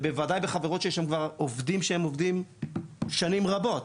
ובוודאי החברות שיש שם כבר עובדים שהם עובדים שנים רבות.